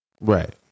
Right